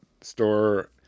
store